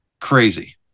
crazy